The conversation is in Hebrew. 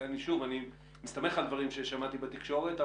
ושוב אני מסתמך על דברים ששמעתי בתקשורת,